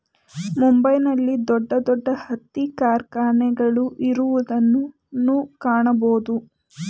ಮುಂಬೈ ನಲ್ಲಿ ದೊಡ್ಡ ದೊಡ್ಡ ಹತ್ತಿ ಕಾರ್ಖಾನೆಗಳು ಇರುವುದನ್ನು ಕಾಣಬೋದು